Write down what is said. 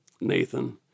Nathan